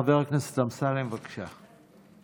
חבר הכנסת אמסלם, בבקשה.